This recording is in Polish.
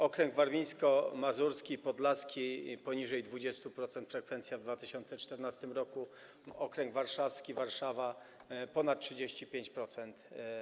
Okręgi warmińsko-mazurski, podlaski - poniżej 20%, frekwencja w 2014 r., okręg warszawski, Warszawa - ponad 35%.